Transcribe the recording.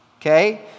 Okay